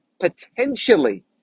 potentially